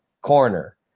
corner